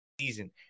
season